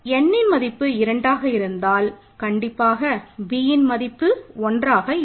nன் மதிப்பு இரண்டாக இருந்தால் கண்டிப்பாக bயின் மதிப்பு ஒன்றாக இருக்கும்